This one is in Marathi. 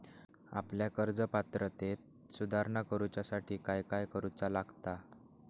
आपल्या कर्ज पात्रतेत सुधारणा करुच्यासाठी काय काय करूचा लागता?